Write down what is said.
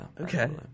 Okay